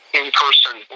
in-person